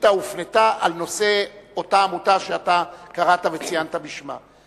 השאילתא הופנתה בנושא אותה עמותה שאתה קראת וציינת את שמה.